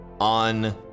on